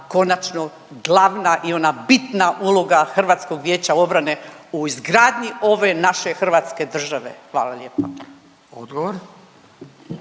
konačno glavna i ona bitna uloga HVO-a u izgradnji ove naše hrvatske države? Hvala lijepa. **Radin,